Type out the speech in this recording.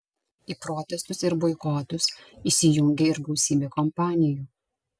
į protestus ir boikotus įsijungė ir gausybė kompanijų